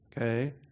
Okay